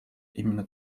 именно